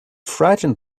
frightened